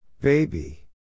Baby